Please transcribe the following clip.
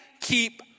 keep